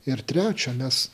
ir trečia mes